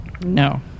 No